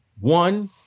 one